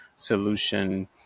solution